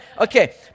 okay